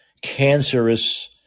cancerous